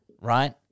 Right